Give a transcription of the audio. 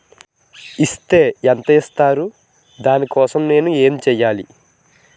Is తే ఎంత ఇస్తారు దాని కోసం నేను ఎంచ్యేయాలి?